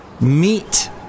Meet